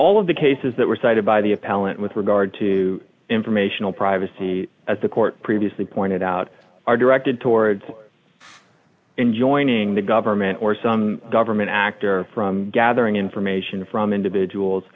all of the cases that were cited by the appellant with regard to informational privacy as the court previously pointed out are directed towards in joining the government or some government act or from gathering information from individuals